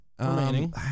remaining